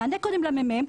שנענה קודם למ.מ.מ?